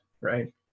Right